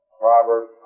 Proverbs